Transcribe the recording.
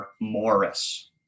Morris